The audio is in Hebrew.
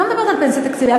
לא מדברת על פנסיה תקציבית.